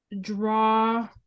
draw